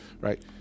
Right